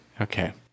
okay